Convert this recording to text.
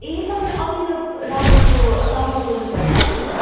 ए तपाईँ अभिनव रावतको बाबा बोल्नु भएको हो